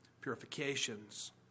purifications